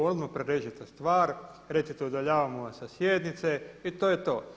Odmah prerežite stvar, recite udaljavamo vas sa sjednice i to je to.